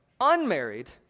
unmarried